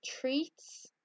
treats